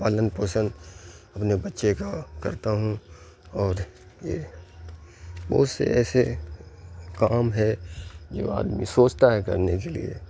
پالن پوشن اپنے بچے کا کرتا ہوں اور یہ بہت سے ایسے کام ہے جو آدمی سوچتا ہے کرنے کے لیے